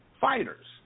fighters